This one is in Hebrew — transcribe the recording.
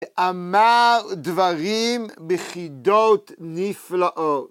אמר דברים בחידות נפלאות.